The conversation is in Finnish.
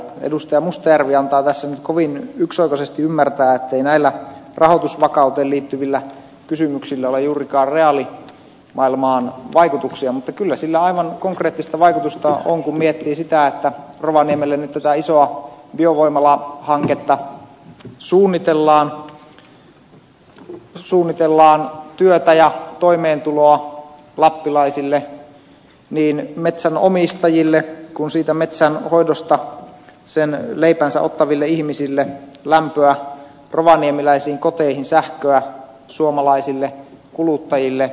edustaja mustajärvi antaa tässä nyt kovin yksioikoisesti ymmärtää ettei näillä rahoitusvakauteen liittyvillä kysymyksillä ole juurikaan reaalimaailmaan vaikutuksia mutta kyllä niillä aivan konkreettista vaikutusta on kun miettii sitä että rovaniemelle nyt tätä isoa biovoimalahanketta suunnitellaan suunnitellaan työtä ja toimeentuloa lappilaisille niin metsänomistajille kuin siitä metsänhoidosta sen leipänsä ottaville ihmisille lämpöä rovaniemeläisiin koteihin sähköä suomalaisille kuluttajille